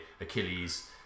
Achilles